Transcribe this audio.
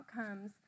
outcomes